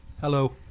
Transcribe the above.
Hello